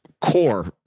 core